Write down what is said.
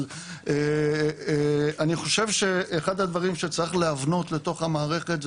אבל אני חושב שאחד הדברים שצריך להבנות לתוך המערכת,